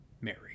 Mary